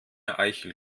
eichel